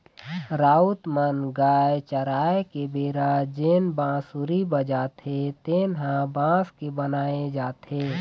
राउत मन गाय चराय के बेरा जेन बांसुरी बजाथे तेन ह बांस के बनाए जाथे